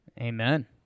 Amen